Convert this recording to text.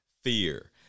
Fear